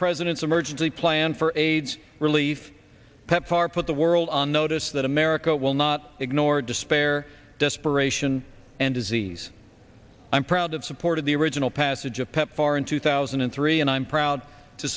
president's emergency plan for aids relief pepfar put the world on notice that america will not ignore despair desperation and disease i'm proud that supported the original passage of pepfar in two thousand and three and i'm proud to